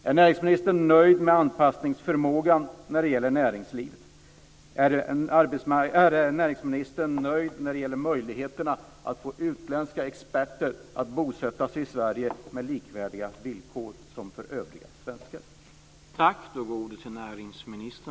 Är näringsministern nöjd med anpassningsförmågan när det gäller näringslivet? Är näringsministern nöjd när det gäller möjligheterna att få utländska experter att bosätta sig i Sverige med villkor som är likvärdiga med dem som gäller för svenskar?